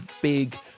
big